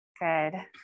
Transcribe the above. Good